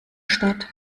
statt